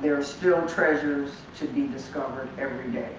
there are still treasures to be discovered every day